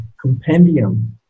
compendium